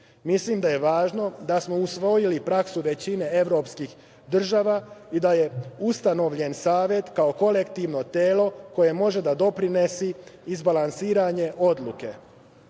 Mislim da je važno da smo usvojili praksu većine evropskih država i da je ustanovljen Savet kao kolektivno telo koje može da doprinese izbalansiranju odluke. Kada